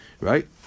Right